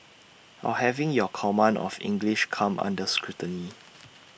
or having your command of English come under scrutiny